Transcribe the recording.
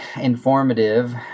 informative